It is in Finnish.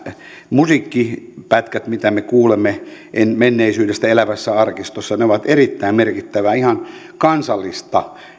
musiikkipätkät mitä me kuulemme menneisyydestä elävässä arkistossa ovat erittäin merkittävää ihan kansallista